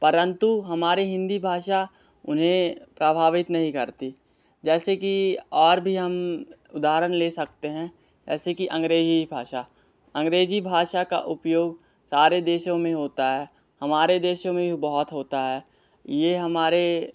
परंतु हमारे हिंदी भाषा उन्हें प्रभावित नहीं करती जैसे की और भी हम उदाहरण ले सकते हैं ऐसे की अंग्रेजी भाषा अंग्रेजी भाषा का उपयोग सारे देशों में होता है हमारे देशों में भी बहुत होता है ये हमारे